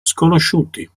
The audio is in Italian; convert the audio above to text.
sconosciuti